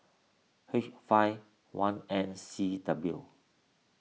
H five one N C W